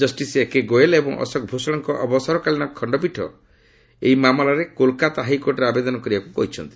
justice A K Goel ଏବଂ ଅଶୋକ ଭୂଷଣଙ୍କ ଅବସରକାଳୀନ ଖଣ୍ଡପୀଠ ଏହି ମାମଲାରେ କୋଲକାତା ହାଇକୋର୍ଟରେ ଆବେଦନ କରିବାକୁ କହିଛନ୍ତି